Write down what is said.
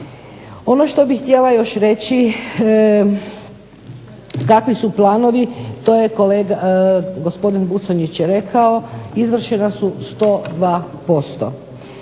Ono što bih htjela još reći kakvi su planovi to je gospodin Buconjić rekao. Izvršena su 102